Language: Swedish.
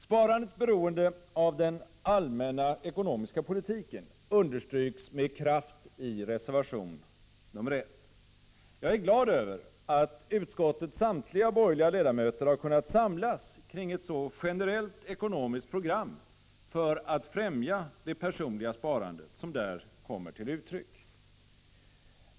Sparandets beroende av den allmänna ekonomiska politiken understryks med kraft i reservation 1. Jag är glad över att samtliga borgerliga ledamöter i utskottet har kunnat samlas kring ett så generellt ekonomiskt program för att främja det personliga sparandet som där kommer till uttryck.